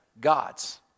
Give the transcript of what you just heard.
God's